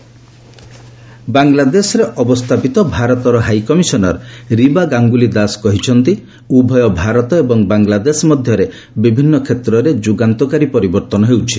Indo Bangla connectivity ବାଂଲାଦେଶରେ ଅବସ୍ଥାପିତ ଭାରତର ହାଇକମିଶନର ରିବା ଗାଙ୍ଗୁଲି ଦାସ କହିଛନ୍ତି ଉଭୟ ଭାରତ ଏବଂ ବାଂଲାଦେଶ ମଧ୍ୟରେ ବିଭିନ୍ନ କ୍ଷେତ୍ରରେ ଯୁଗାନ୍ତକାରୀ ପରିବର୍ତ୍ତନ ହେଉଛି